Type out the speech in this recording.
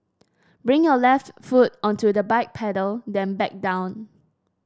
bring your left foot onto the bike pedal then back down